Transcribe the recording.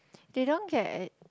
they don't get